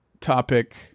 topic